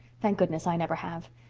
thank goodness, i never have.